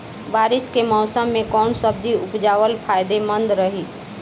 बारिश के मौषम मे कौन सब्जी उपजावल फायदेमंद रही?